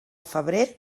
febrer